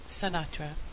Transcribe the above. Sinatra